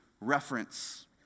reference